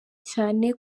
cyane